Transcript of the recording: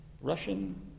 Russian